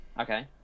Okay